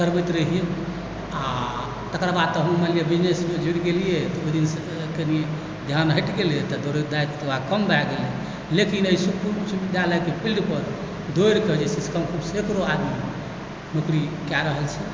करबैत रहियै आओर तकर बाद तऽ हम मानि लिअ बिजनेसमे जुड़ि गेलियै तऽ ओहि दिनसँ कनी ध्यान हटि गेलैक तऽ दौड़नाइ कम भए गेलै लेकिन एहि सुखपुर उच्च विद्यालयके फील्डपर दौड़कऽ जे छै से नौकरी कए रहल छै